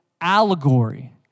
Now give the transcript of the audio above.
allegory